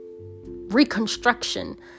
reconstruction